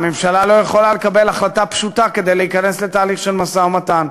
ממשלה לא יכולה לקבל החלטה פשוטה כדי להיכנס לתהליך של משא-ומתן.